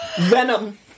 Venom